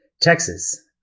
Texas